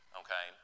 okay